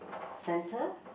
center